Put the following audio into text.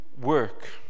work